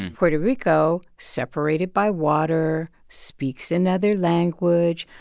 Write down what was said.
puerto rico separated by water, speaks another language,